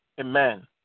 Amen